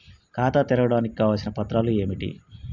ఖాతా తెరవడానికి కావలసిన పత్రాలు ఏమిటి?